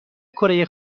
کره